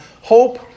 hope